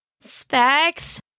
Specs